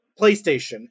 PlayStation